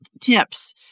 tips